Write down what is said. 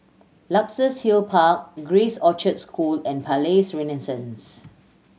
Luxus Hill Park Grace Orchard School and Palais Renaissance